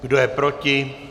Kdo je proti?